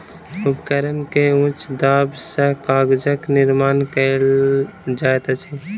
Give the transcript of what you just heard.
उपकरण के उच्च दाब सॅ कागजक निर्माण कयल जाइत अछि